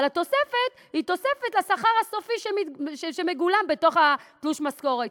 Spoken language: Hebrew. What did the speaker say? אבל התוספת היא תוספת לשכר הסופי שמגולם בתלוש המשכורת.